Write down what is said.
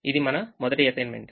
ఇది మన మొదటి అసైన్మెంట్